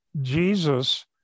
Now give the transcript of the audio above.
Jesus